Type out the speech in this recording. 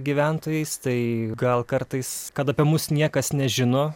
gyventojais tai gal kartais kad apie mus niekas nežino